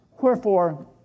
Wherefore